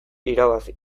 irabazi